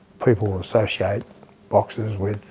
people associate boxers with